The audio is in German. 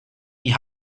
die